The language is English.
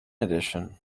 edition